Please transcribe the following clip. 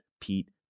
Pete